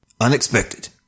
unexpected